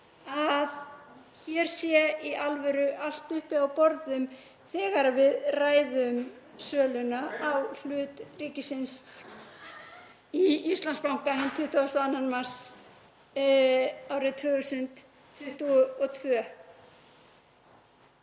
að hér sé í alvöru allt uppi á borðum þegar við ræðum um söluna á hlut ríkisins í Íslandsbanka hinn 22. mars árið 2022.